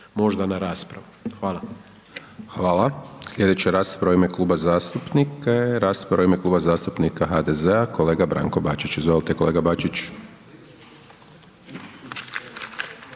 Dončić, Siniša (SDP)** Hvala. Slijedeća rasprava je u ime kluba zastupnika. Rasprava u ime Kluba zastupnika HDZ-a, kolega Branko Bačić. Izvolite kolega Bačić.